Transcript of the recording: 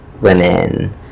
women